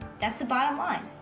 that's the bottom line,